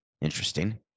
Interesting